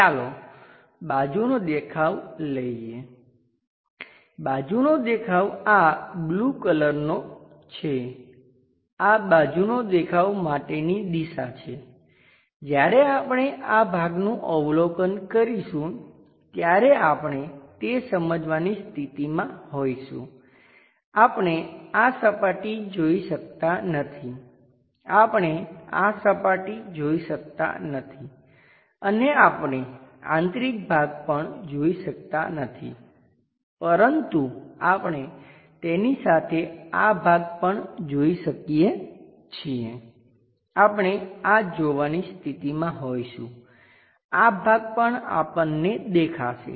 ચાલો બાજુનો દેખાવ લઈએ બાજુનો દેખાવ આ બ્લુ કલરનો છે આ બાજુનો દેખાવ માટેની દિશા છે જ્યારે આપણે આ ભાગનું અવલોકન કરીશું ત્યારે આપણે તે સમજવાની સ્થિતિમાં હોઈશું આપણે આ સપાટી જોઈ શકતા નથી આપણે આ સપાટી જોઈ શકતા નથી અને આપણે આંતરિક ભાગ પણ જોઈ શકતા નથી પરંતુ આપણે તેની સાથે આ ભાગ પણ જોઈ શકીએ છીએ આપણે આ જોવાની સ્થિતીમાં હોઈશું આ ભાગ પણ આપણને દેખાશે